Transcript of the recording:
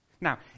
Now